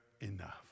enough